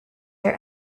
are